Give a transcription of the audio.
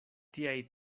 tiaj